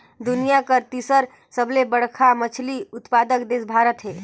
दुनिया कर तीसर सबले बड़खा मछली उत्पादक देश भारत हे